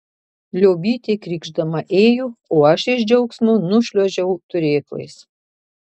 liobytė krykšdama ėjo o aš iš džiaugsmo nušliuožiau turėklais